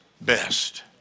best